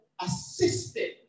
assisted